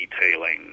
detailing